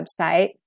website